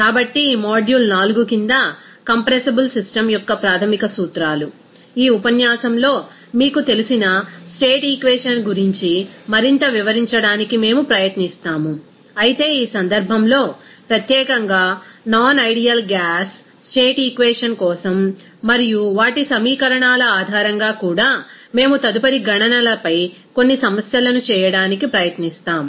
కాబట్టి ఈ మాడ్యూల్ 4 కింద కంప్రెసిబుల్ సిస్టమ్ యొక్క ప్రాథమిక సూత్రాలు ఈ ఉపన్యాసంలో మీకు తెలిసిన స్టేట్ ఈక్వేషన్ గురించి మరింత వివరించడానికి మేము ప్రయత్నిస్తాము అయితే ఈ సందర్భంలో ప్రత్యేకంగా non ideal gas state equation కోసం మరియు వాటి సమీకరణాల ఆధారంగా కూడా మేము తదుపరి గణనలపై కొన్ని సమస్యలను చేయడానికి ప్రయత్నిస్తాం